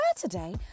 today